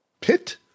pit